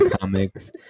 comics